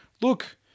look